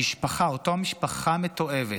המשפחה, אותה משפחה מתועבת,